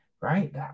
right